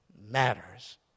matters